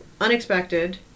unexpected